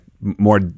more